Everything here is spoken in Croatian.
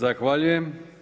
Zahvaljujem.